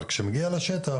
אבל כשהוא מגיע לשטח